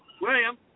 William